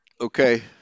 okay